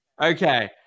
okay